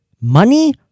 money